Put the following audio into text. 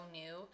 new